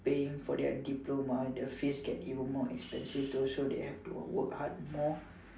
paying for their diploma their fees get even more expensive so they had to work hard more